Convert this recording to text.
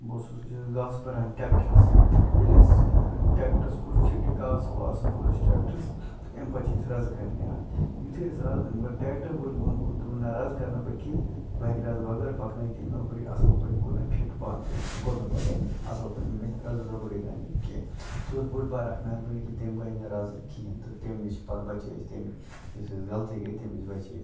بہٕ اوسُس گاسہٕ بَران ٹریٚکٹَرس ییٚلہِ اَسہِ ٹریٚکٹرس کوٚر فِٹ گاسہٕ واسہٕ بوٚر اَسہِ ٹریٚکٹرس امہِ پَتہٕ چھِ اَسہِ رَزٕ کَرنہِ اتھ یُتھٕے اَسہِ رَزٕ مگر ٹریٚکٹر وٲلۍ وون دوٚپُن نہ رَزٕ کَرنہٕ بہٕ کینٛہہ بہٕ ہیٚکہٕ رَزٕ وَرٲے پَکنٲیِتھ مےٚ بوٚر یہِ اصٕل پٲٹھۍ یہِ کوٚر مےٚ فٹ بنٛد یہِ کوٚر مےٚ واریاہ اصٕل پٲٹھۍ مےٚ چھَنہٕ رَزٕ ضروٗری گَنٛڈنہِ کینٛہہ سۄ ٲسۍ بٔڑ بار اکھ مہربٲنی کہِ تٔمۍ گَنٛجہِ نہِ رَزٕ کِہیٖنۍ تہٕ تمہِ نش پَتہٕ بَچے أسۍ تمہِ نِش یۄس اَسہِ غَلطی گٔیے تمہِ نِش بچے أسۍ